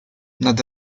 nad